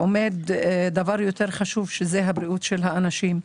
עומד דבר יותר חשוב שזה הבריאות של האנשים.